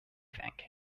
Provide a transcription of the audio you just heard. think